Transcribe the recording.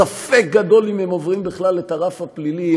ספק גדול אם הם עוברים בכלל את הרף הפלילי,